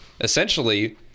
essentially